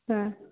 ᱦᱮᱸ